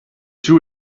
too